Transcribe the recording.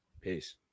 Peace